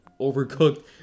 overcooked